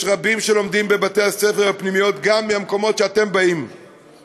יש רבים שלומדים בבתי-ספר ובפנימיות גם מהמקומות שאתם באים מהם.